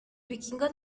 vikingos